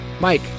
Mike